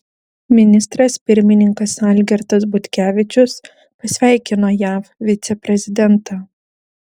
ministras pirmininkas algirdas butkevičius pasveikino jav viceprezidentą